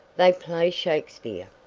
they play shakespeare.